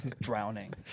drowning